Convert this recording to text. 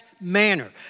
manner